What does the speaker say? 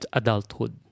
adulthood